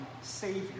Savior